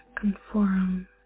conform